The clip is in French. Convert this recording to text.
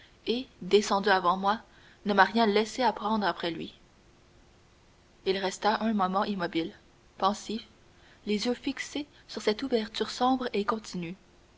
et descendu avant moi ne m'a rien laissé à prendre après lui il resta un moment immobile pensif les yeux fixés sur cette ouverture sombre et continue